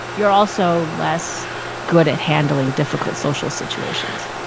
you're also less good at handling difficult social situations.